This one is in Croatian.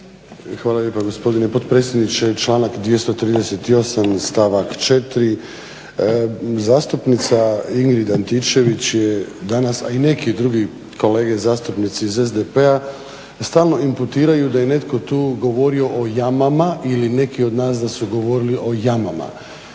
Hvala lijepa gospodine potpredsjedniče. Članak 238., stavak 4., zastupnica Ingrid Antičević je danas, a i neki drugi kolege zastupnici iz SDP-a stalno imputiraju da je netko tu govorio o jamama ili neki od nas da su govorili o jamama.